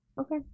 Okay